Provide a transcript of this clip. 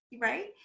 Right